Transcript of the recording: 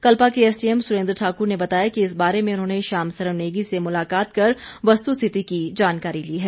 कल्पा के एसडीएम सुरेंद्र ठाकुर ने बताया कि इस बारे में उन्होंने श्याम सरण नेगी से मुलाकात कर वस्तुस्थिति की जानकारी ली है